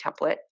template